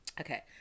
Okay